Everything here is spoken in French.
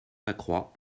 lacroix